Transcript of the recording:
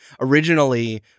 originally